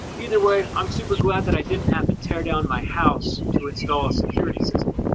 either way, i'm super glad that i didn't have to tear down my house to install a security system.